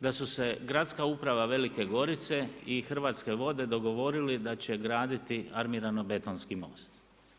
da su se gradska uprava Velike Gorice i Hrvatske vode dogovorili da će graditi armirano-betonski most.